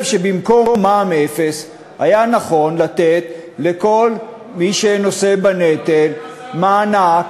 שבמקום מע"מ אפס היה נכון לתת לכל מי שנושא בנטל מענק,